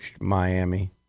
Miami